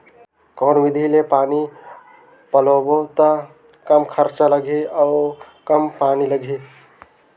कौन विधि ले पानी पलोबो त कम खरचा लगही अउ कम पानी लगही?